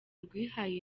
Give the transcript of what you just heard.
rwihaye